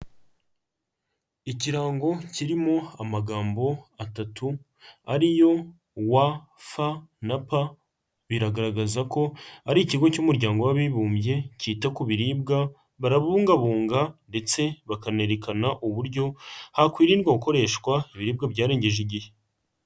Ikirango kirimo amagambo atatu ari yo W, F na P biragaragaza ko ari Ikigo cy'Umuryango w'Abibumbye cyita ku biribwa, barabungabunga ndetse bakanerekana uburyo hakwirindwa gukoreshwa ibiribwa byarengeje igihe.